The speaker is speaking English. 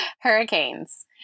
Hurricanes